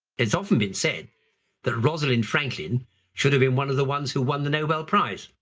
it's often been said that rosalind franklin should have been one of the ones who won the nobel prize.